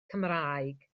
cymraeg